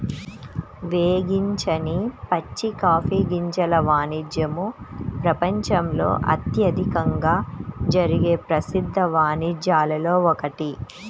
వేగించని పచ్చి కాఫీ గింజల వాణిజ్యము ప్రపంచంలో అత్యధికంగా జరిగే ప్రసిద్ధ వాణిజ్యాలలో ఒకటి